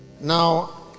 Now